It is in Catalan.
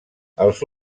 els